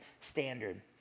standard